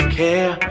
care